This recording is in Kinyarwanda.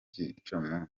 gicamunsi